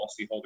policyholder